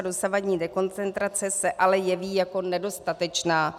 Dosavadní dekoncentrace se ale jeví jako nedostatečná.